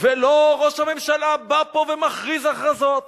ולא ראש הממשלה בא פה ומכריז הכרזות.